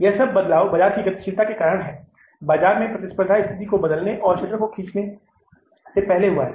यह सब बदलाव बाजार की गतिशीलता के कारण बाजार में प्रतिस्पर्धात्मक स्थिति को बदलने और शटर को नीचे खींचने से पहले हुआ है